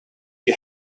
you